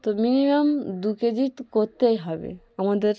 তো মিনিমাম দু K G তো করতেই হবে আমাদের